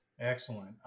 excellent